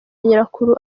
nyirakuru